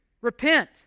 Repent